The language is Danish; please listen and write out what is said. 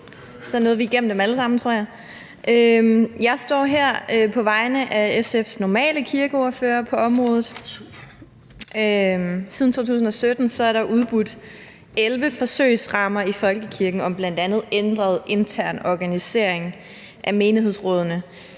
Jeg står her på vegne af den ordfører, der normalt er SF's kirkeordfører. Siden 2017 er der udbudt 11 forsøgsrammer i folkekirken om bl.a. ændret intern organisering af menighedsrådene,